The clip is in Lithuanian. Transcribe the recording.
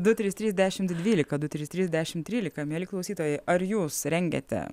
du trys trys dešimt dvylika du trys trys dešimt trylika mieli klausytojai ar jūs rengiate